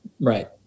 Right